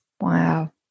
Wow